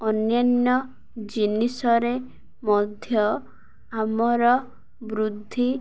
ଅନ୍ୟାନ୍ୟ ଜିନିଷରେ ମଧ୍ୟ ଆମର ବୃଦ୍ଧି